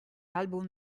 album